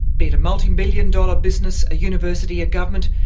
be it a multi-billion dollar business, a university, a government,